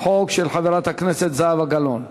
חוק של חברת הכנסת זהבה גלאון.